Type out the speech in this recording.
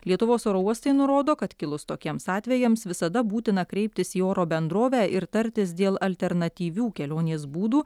lietuvos oro uostai nurodo kad kilus tokiems atvejams visada būtina kreiptis į oro bendrovę ir tartis dėl alternatyvių kelionės būdų